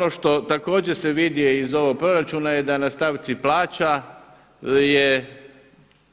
Ono što također se vidi iz ovog proračuna je da na stavci plaća je